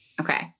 Okay